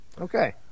Okay